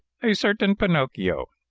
a certain pinocchio.